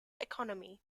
economy